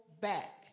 back